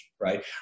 right